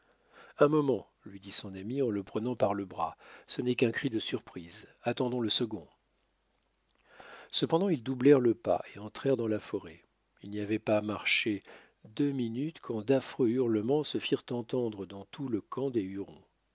un moment lui dit son ami en le prenant par le bras ce n'est qu'un cri de surprise attendons le second cependant ils doublèrent le pas et entrèrent dans la forêt ils n'y avaient pas marché deux minutes quand d'affreux hurlements se firent entendre dans tout le camp des hurons